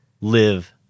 live